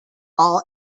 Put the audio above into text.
all